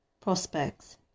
prospects